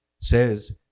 says